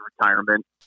retirement